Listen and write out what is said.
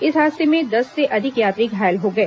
इस हादसे में दस से अधिक यात्री घायल हो गए